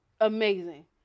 amazing